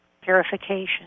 purification